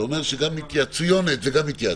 זה אומר שגם התייעצויונת זאת גם התייעצות.